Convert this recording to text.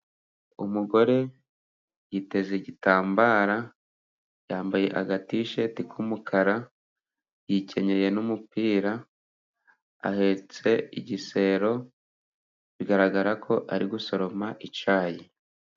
Umugore yiteze igitambara yambaye aga t shiti k'umukara yikenyeye n'umupira ahetse igisebo bigaragara ko ari gusoroma icyayi